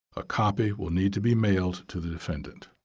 a copy will need to be mailed to the defendant.